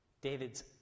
David's